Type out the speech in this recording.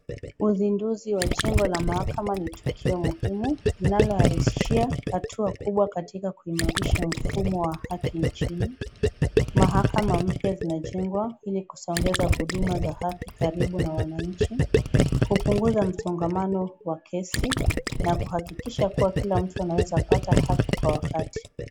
Uzinduzi wa jengo la mahakama ni tukio muhimu linalowarahisishia hatua kubwa katika kuimarisha mfumo wa haki nchini, mahakama mpya zinajengwa ili kusongesha huduma za haki karibu na wananchi, kupunguza msongomano wa kesi na kuhakikisha kuwa kila mtu anaweza pata haki kwa wakati.